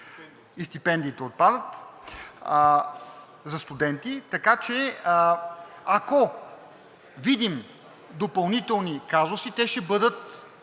и стипендиите отпадат за студенти. Така че, ако видим допълнителни казуси, те ще бъдат